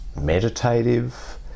meditative